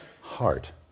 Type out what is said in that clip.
heart